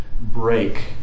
break